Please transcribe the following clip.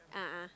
a'ah